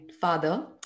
father